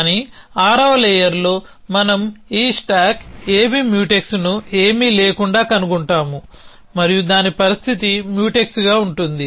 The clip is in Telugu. కానీ ఆరవ లేయర్లో మనం ఈ స్టాక్ AB మ్యూటెక్స్ను ఏమీ లేకుండా కనుగొంటాము మరియు దాని పరిస్థితి మ్యూటెక్స్గా ఉంటుంది